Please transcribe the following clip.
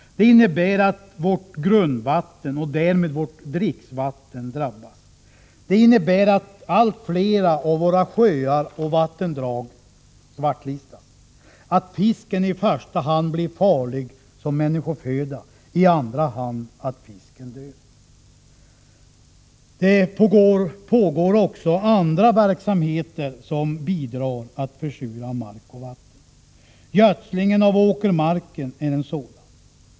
Det innebär att vårt grundvatten och därmed vårt dricksvatten drabbas. Det innebär att allt flera av våra sjöar och vattendrag svartlistas, att fisken i första hand blir farlig som människoföda och i andra hand dör. Det pågår också andra verksamheter som bidrar att försura mark och vatten. Gödslingen av åkermarken är en sådan.